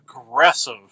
aggressive